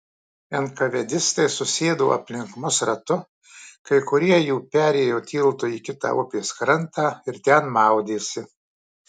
enkavedistai susėdo aplink mus ratu kai kurie jų perėjo tiltu į kitą upės krantą ir ten maudėsi